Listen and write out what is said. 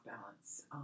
balance